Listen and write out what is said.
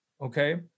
Okay